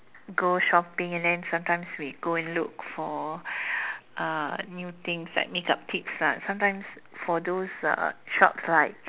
go shopping and then something we go and look for uh new things like makeup tips lah sometime for those uh shops like